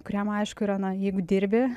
kuriam aišku yra na jeigu dirbi